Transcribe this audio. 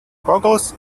goggles